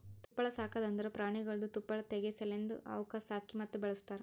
ತುಪ್ಪಳ ಸಾಕದ್ ಅಂದುರ್ ಪ್ರಾಣಿಗೊಳ್ದು ತುಪ್ಪಳ ತೆಗೆ ಸಲೆಂದ್ ಅವುಕ್ ಸಾಕಿ ಮತ್ತ ಬೆಳಸ್ತಾರ್